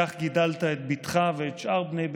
כך גידלת את בתך ואת שאר בני ביתך,